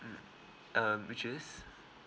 mm um which is